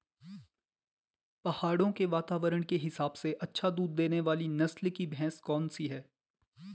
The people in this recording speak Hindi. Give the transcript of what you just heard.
पहाड़ों के वातावरण के हिसाब से अच्छा दूध देने वाली नस्ल की भैंस कौन सी हैं?